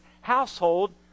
household